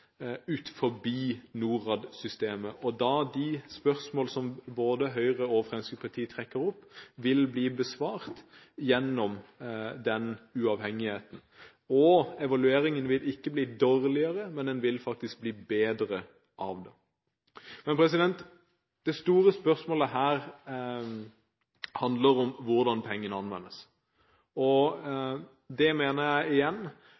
da de spørsmål som både Høyre og Fremskrittspartiet trekker opp, vil bli besvart gjennom den uavhengigheten. Evalueringen vil ikke bli dårligere, men den vil faktisk bli bedre av det. Men det store spørsmålet her handler om hvordan pengene anvendes. Det mener jeg igjen